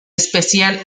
especial